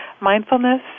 mindfulness